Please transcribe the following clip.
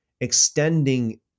extending